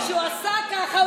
כשהוא עשה ככה,